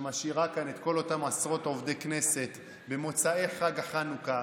משאירה כאן את כל אותם עשרות עובדי כנסת במוצאי חג החנוכה